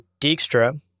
Dijkstra